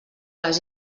les